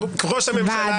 ראש הממשלה,